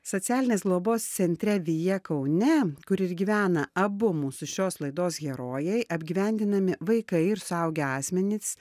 socialinės globos centre vija kaune kur ir gyvena abu mūsų šios laidos herojai apgyvendinami vaikai ir suaugę asmenys